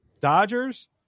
Dodgers